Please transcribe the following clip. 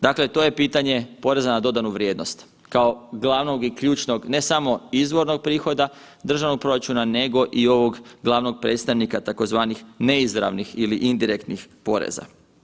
Dakle, to je pitanje poreza na dodanu vrijednost, kao glavnog i ključnog ne samo izvornog prihoda državnog proračuna nego i ovog glavnog predstavnika tzv. neizravnih ili indirektnih poraza.